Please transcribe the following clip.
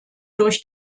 durch